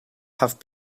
have